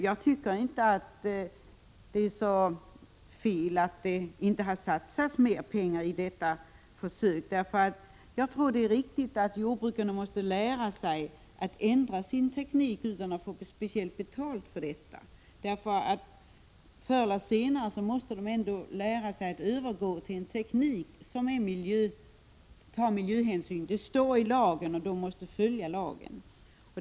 Jag tycker inte det är fel att man inte satsat mer pengar i detta försök. Jordbrukarna måste lära sig att ändra sin teknik utan att få speciellt betalt för det. Förr eller senare måste de ändå lära sig att övergå till en teknik som tar miljöhänsyn. Detta står i lagen, och jordbrukarna måste följa lagen.